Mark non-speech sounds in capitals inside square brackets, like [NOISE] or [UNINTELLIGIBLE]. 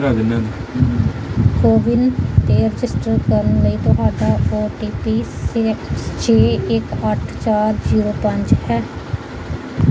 ਕੋਵਿਨ 'ਤੇ ਰਜਿਸਟਰ ਕਰਨ ਲਈ ਤੁਹਾਡਾ ਓ ਟੀ ਪੀ [UNINTELLIGIBLE] ਛੇ ਇੱਕ ਅੱਠ ਚਾਰ ਜੀਰੋ ਪੰਜ ਹੈ